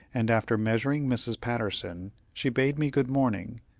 and after measuring mrs. patterson, she bade me good morning,